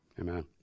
Amen